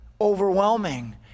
overwhelming